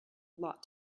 lot